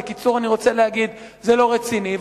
בקיצור, אני רוצה להגיד, זה לא רציני.